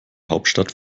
hauptstadt